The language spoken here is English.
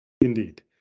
Indeed